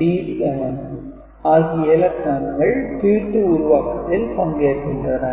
D11 ஆகிய இலக்கங்கள் P2 உருவாக்கத்தில் பங்கேற்கின்றன